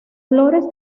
flores